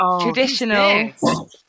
traditional